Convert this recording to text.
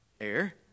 air